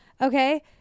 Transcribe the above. okay